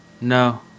No